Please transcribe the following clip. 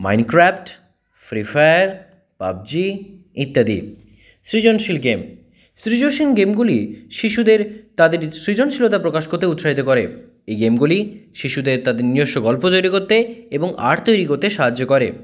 mine craft Free Fire PUBG ইত্যাদি সৃজনশীল game সৃজশীন গেমগুলি শিশুদের তাদের সৃজনশীলতা প্রকাশ করতে উৎসাহিত করে এই গেমগুলি শিশুদের তাদের নিজস্ব গল্প তৈরি করতে এবং আর তৈরি করতে সাহায্য করে